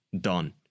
Done